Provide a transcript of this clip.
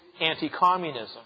anti-communism